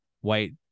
White